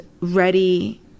ready